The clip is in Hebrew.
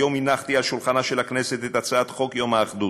היום הנחתי על שולחנה של הכנסת את הצעת חוק יום האחדות.